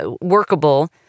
workable